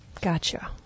Gotcha